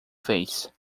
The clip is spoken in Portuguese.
fez